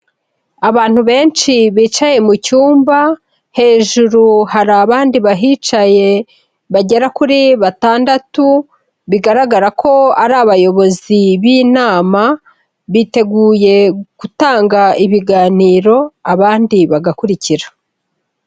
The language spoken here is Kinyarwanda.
Abantu benshi bicaye mu cyumba, hejuru hari abandi bahicaye bagera kuri batandatu, bigaragara ko ari abayobozi b'inama, biteguye gutanga ibiganiro abandi bagakurikira.